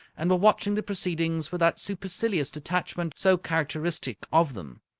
and were watching the proceedings with that supercilious detachment so characteristic of them.